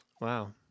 Wow